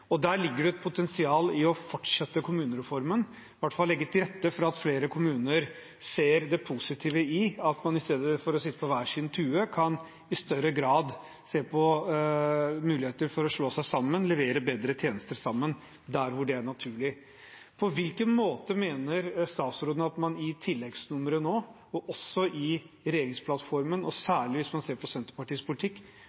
Der ligger det et potensial i å fortsette kommunereformen, i hvert fall legge til rette for at flere kommuner ser det positive i at man i stedet for å sitte på hver sin tue, i større grad kan se på muligheter for å slå seg sammen og levere bedre tjenester sammen, der hvor det er naturlig. På hvilken måte mener statsråden at man i tilleggsnummeret og i regjeringsplattformen